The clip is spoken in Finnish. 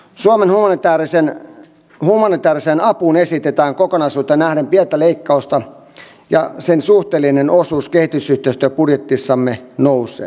suomen humanitääriseen apuun esitetään kokonaisuuteen nähden pientä leikkausta ja sen suhteellinen osuus kehitysyhteistyöbudjetissamme nousee